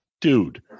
dude